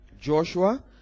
Joshua